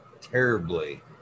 terribly